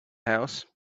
house